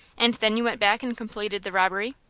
and then you went back and completed the robbery?